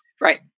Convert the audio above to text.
right